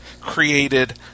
created